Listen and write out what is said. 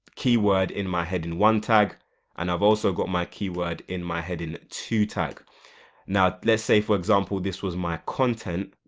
keyword in my heading one tag and i've also got my keyword in my heading two tag now let's say for example this was my content